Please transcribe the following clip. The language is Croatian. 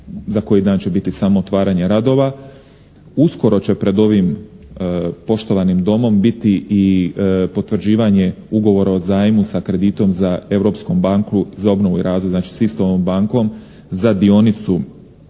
za koji dan će biti samo otvaranje radova. Uskoro će pred ovim poštovanim domom biti i potvrđivanje ugovora o zajmu sa kreditom za Europsku banku za obnovu i razvoj, znači sa istom ovom bankom za dionicu